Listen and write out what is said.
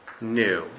new